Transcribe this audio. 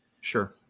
Sure